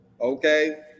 okay